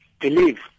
believe